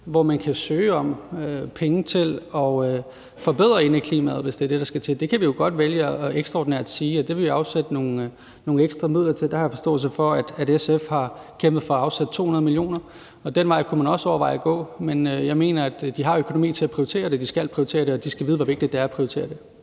hvor man kan søge om penge til at forbedre indeklimaet, hvis det er det, der skal til. Så der kan vi jo godt vælge ekstraordinært at sige, at det vil vi afsætte nogle ekstra midler til. Der har jeg forståelse for, at SF har kæmpet for at afsætte 200 mio. kr., og den vej kunne man også overveje at gå. Men jeg mener, at de har økonomien til at prioritere det, og at de skal prioritere det, og at de skal vide, hvor vigtigt det er at prioritere det.